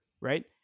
right